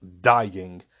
dying